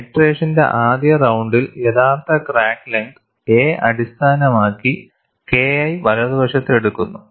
ഐറ്ററേഷന്റെ ആദ്യ റൌണ്ടിൽ യഥാർത്ഥ ക്രാക്ക് ലെങ്ത് a അടിസ്ഥാനമാക്കി KI വലതുവശത്തു എടുക്കുന്നു